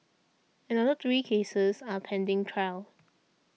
another three cases are pending trial